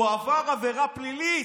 הוא עבר עבירה פלילית.